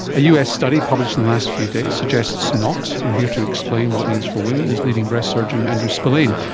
a us study published in the last few days suggests not, and here to explain what it means for women is leading breast surgeon andrew spillane,